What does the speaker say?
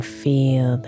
feel